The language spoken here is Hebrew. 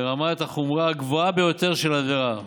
ברמת החומרה הגבוהה ביותר של העבירה.